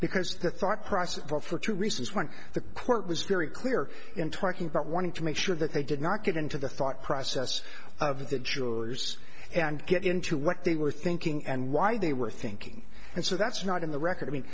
because the thought process for two reasons one the court was very clear in talking about wanting to make sure that they did not get into the thought process of the jurors and get into what they were thinking and why they were thinking and so that's not in the record i mean